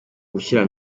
gushyira